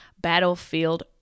Battlefield